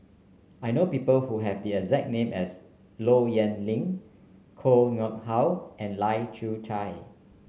I know people who have the exact name as Low Yen Ling Koh Nguang How and Lai Kew Chai